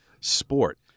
sport